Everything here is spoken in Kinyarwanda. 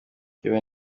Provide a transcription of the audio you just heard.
kwiba